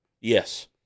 Yes